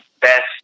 best